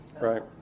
right